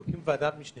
מקימים ועדת משנה